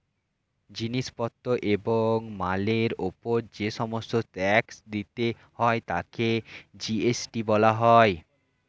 জিনিস পত্র এবং মালের উপর যে সমস্ত ট্যাক্স দিতে হয় তাকে জি.এস.টি বলা হয়